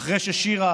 אחרי ששירה